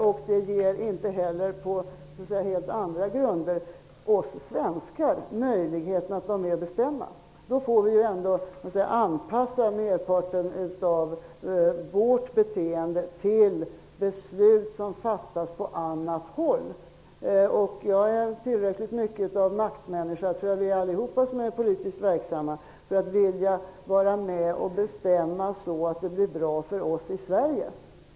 Inte heller ger det, och då på helt andra grunder, oss svenskar möjlighet att vara med och bestämma. Vi får i stället så att säga anpassa merparten av vårt beteende efter beslut som fattas på annat håll. Jag är tillräckligt mycket av maktmänniska -- och det är väl alla vi som är politiskt verksamma -- för att vilja vara med och bestämma så att det blir bra för oss i Sverige.